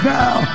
now